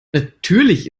natürlich